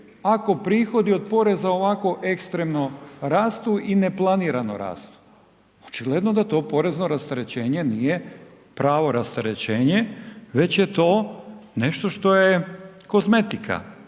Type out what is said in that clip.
ako prihodi od poreza ovako ekstremno rastu i ne planiramo rastu, očigledno da to porezno rasterećenje nije pravo rasterećenje, već je to nešto što je kozmetika